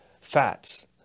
fats